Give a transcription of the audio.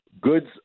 goods